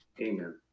Amen